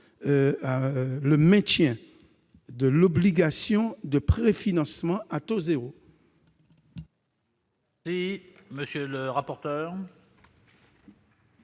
à maintenir l'obligation de préfinancement à taux zéro.